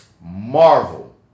Marvel